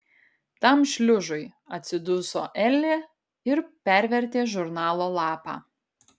tam šliužui atsiduso elė ir pervertė žurnalo lapą